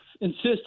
insist